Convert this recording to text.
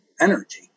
energy